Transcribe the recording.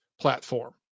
platform